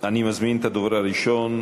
אני מזמין את הדובר הראשון,